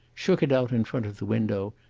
shook it out in front of the window,